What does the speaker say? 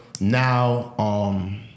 now